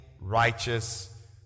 righteous